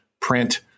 print